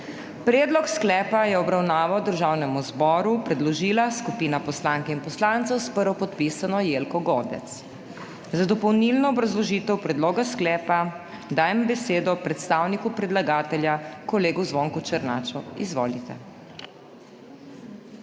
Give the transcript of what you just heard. Predlog sklepa je v obravnavo Državnemu zboru predložila skupina poslank in poslancev, s prvopodpisano Jelko Godec. Za dopolnilno obrazložitev predloga sklepa dajem besedo predstavniku predlagatelja, kolegu Zvonku Černaču. Izvolite.